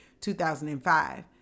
2005